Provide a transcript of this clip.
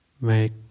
Make